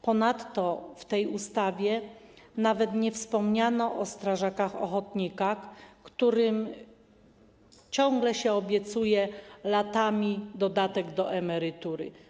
Ponadto w tej ustawie nawet nie wspomniano o strażakach ochotnikach, którym ciągle się obiecuje, latami, dodatek do emerytury.